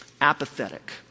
apathetic